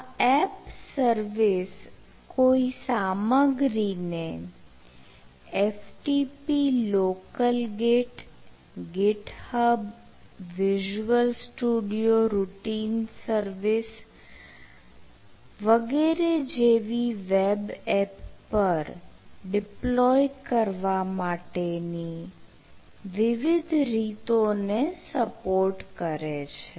આ app service કોઈ સામગ્રીને FTP local git git hub visual studio routine service વગેરે જેવી વેબ એપ પર ડિપ્લોય કરવા માટેની વિવિધ રીતો ને સપોર્ટ કરે છે